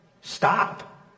Stop